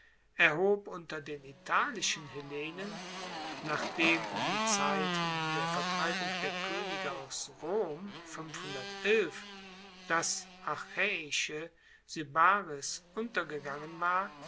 erhob unter den italischen hellenen nachdem um die zeit der vertreibung der koenige aus rom das achaeische sybaris untergegangen war